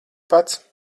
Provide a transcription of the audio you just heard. pats